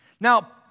Now